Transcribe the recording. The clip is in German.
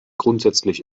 grundsätzlich